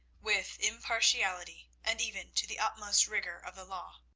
with impartiality and even to the utmost rigour of the law.